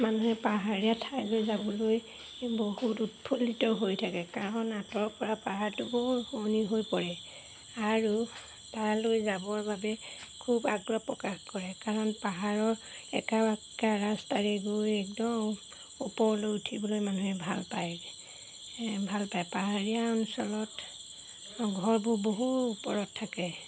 মানুহে পাহাৰীয়া ঠাইলৈ যাবলৈ বহুত উৎফুল্লিত হৈ থাকে কাৰণ আঁতৰৰপৰা পাহাৰটো বহুত শুৱনি হৈ পৰে আৰু তালৈ যাবৰ বাবে খুব আগ্ৰহ প্ৰকাশ কৰে কাৰণ পাহাৰৰ একা বেকা ৰাস্তাৰে গৈ একদম ওপৰলৈ উঠিবলৈ মানুহে ভাল পায় ভাল পায় পাহাৰীয়া অঞ্চলত ঘৰবোৰ বহু ওপৰত থাকে